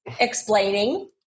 explaining